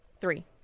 Three